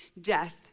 Death